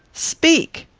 speak.